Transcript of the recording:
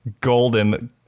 golden